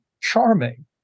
charming